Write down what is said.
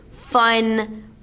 fun